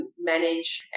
manage